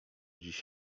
dziś